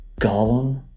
Gollum